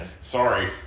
Sorry